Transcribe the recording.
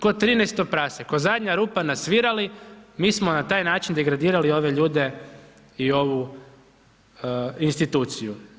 Kao 13. prase, kao zadnja rupa na svirali mi smo na taj način degradirali ove ljude i ovu instituciju.